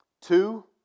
Two